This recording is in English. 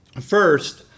First